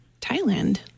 Thailand